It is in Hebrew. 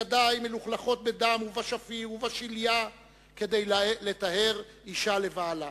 ידי מלוכלכות בדם ובשפיר ובשליה כדי לטהר אשה לבעלה.